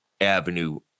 avenue